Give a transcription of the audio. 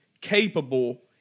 capable